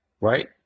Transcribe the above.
right